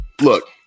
Look